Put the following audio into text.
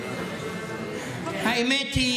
האמת היא